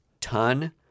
ton